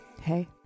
Hey